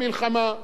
טובה יותר,